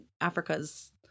Africa's